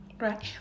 Right